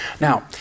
Now